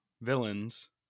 villains